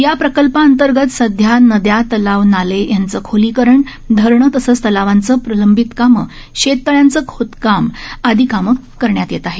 या प्रकल्पाअंतर्गत सध्या नद्यातलाव नाले यांचं खोलीकरण धरणं तसंच तलांवांचं प्रलंबीत कामं शेततळ्यांचं खोदकाम आदी कामं करण्यात येत आहेत